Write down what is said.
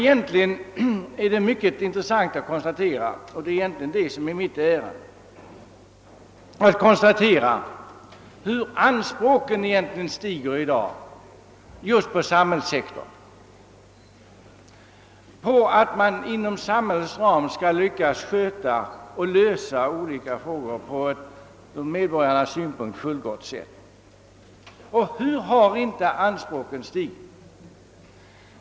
Det är intressant att konstatera — egentligen är det just detta som är mitt ärende — hur anspråken i dag stiger på samhällssektorn; man kräver att de styrande inom samhällets ram skall lyckas sköta och lösa olika frågor på ett ur medborgarnas synpunkt fullgott sätt. Och hur har inte anspråken stigit!